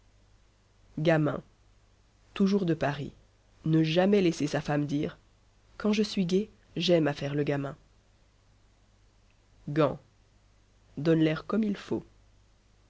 gamin toujours de paris ne jamais laisser sa femme dire quand je suis gaie j'aime à faire le gamin gants donnent l'air comme il faut